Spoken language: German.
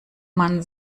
man